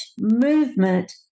movement